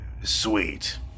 sweet